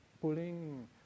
pulling